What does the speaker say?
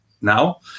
now